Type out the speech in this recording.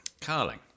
Carling